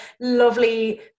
lovely